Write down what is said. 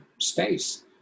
space